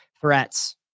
threats